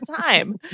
time